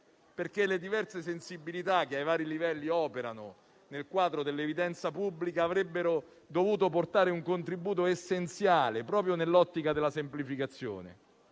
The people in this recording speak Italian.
perché le diverse sensibilità che ai vari livelli operano nel quadro dell'evidenza pubblica avrebbero dovuto portare un contributo essenziale, proprio nell'ottica della semplificazione.